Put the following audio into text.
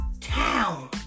town